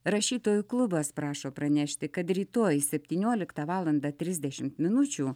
rašytojų klubas prašo pranešti kad rytoj septynioliktą valandą trisdešimt minučių